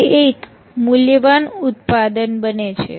તે એક મૂલ્યવાન ઉત્પાદન બને છે